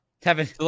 Kevin